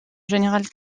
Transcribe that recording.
général